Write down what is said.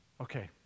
Okay